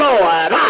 Lord